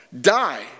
die